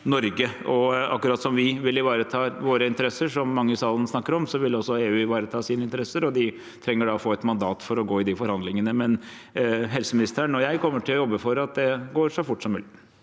Norge. Og akkurat som vi vil ivareta våre interesser, som mange i salen snakker om, vil også EU ivareta sine interesser, og de trenger å få et mandat for å gå i de forhandlingene. Men helseministeren og jeg kommer til å jobbe for at det går så fort som mulig.